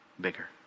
bigger